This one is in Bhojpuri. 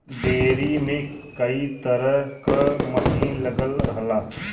डेयरी में कई तरे क मसीन लगल रहला